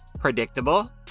predictable